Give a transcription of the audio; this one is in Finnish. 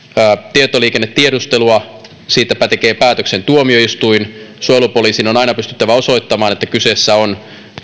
tietoliikennetiedustelua siitä tekee päätöksen tuomioistuin suojelupoliisin on aina pystyttävä osoittamaan että kyseessä on